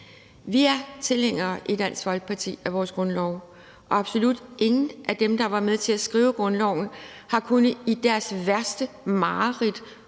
er vi tilhængere af vores grundlov, og absolut ingen af dem, der var med til at skrive grundloven, har i deres værste mareridt